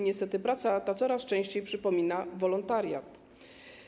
Niestety, praca ta coraz częściej przypomina wolontariat.